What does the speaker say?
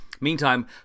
Meantime